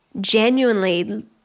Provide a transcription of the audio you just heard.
genuinely